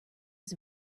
was